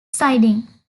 siding